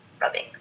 rubbing